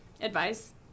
advice